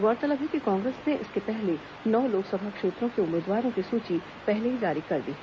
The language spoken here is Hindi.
गौरतलब है कि कांग्रेस ने इसके पहले नौ लोकसभा क्षेत्रों के उम्मीदवारों की सूची पहले ही जारी कर दी है